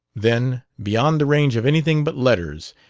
then, beyond the range of anything but letters,